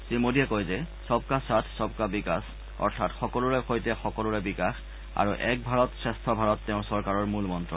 শ্ৰীমোদীয়ে কয় যে সবকা সাথ সবকা বিকাশ অৰ্থাৎ সকলোৰে সৈতে সকলোৰে বিকাশ আৰু এক ভাৰত শ্ৰেষ্ঠ ভাৰত তেওঁৰ চৰকাৰৰ মূল মন্ত্ৰ